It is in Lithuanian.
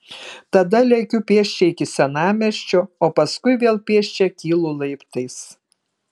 tada lekiu pėsčia iki senamiesčio o paskui vėl pėsčia kylu laiptais